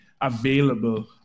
available